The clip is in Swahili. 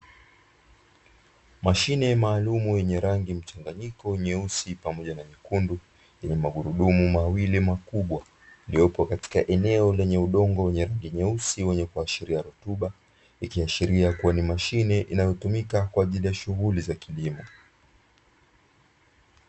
Mashine maalumu yenye rangi mchanganyiko nyeusi pamoja na nyekundu, ina magurudumu mawili makubwa, iliyopo katika eneo lenye udongo mweusi wenye kuashiria rutuba, ikiashiria kuwa ni mashine inayotumika kwa ajili ya shughuli za kilimo.